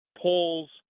polls